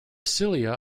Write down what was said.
cilia